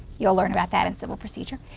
you'll learn about that in civil procedure.